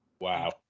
Wow